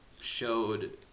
showed